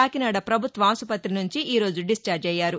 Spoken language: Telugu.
కాకినాడ ప్రభుత్వ ఆసుపత్రి నుంచి ఈరోజు డిశార్జి అయ్యారు